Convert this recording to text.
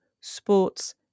sports